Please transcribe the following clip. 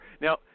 Now